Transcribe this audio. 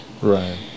right